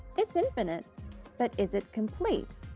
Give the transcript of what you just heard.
it's infinite but is it complete?